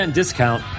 discount